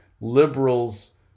liberals